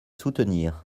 soutenir